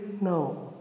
No